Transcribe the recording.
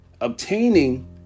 Obtaining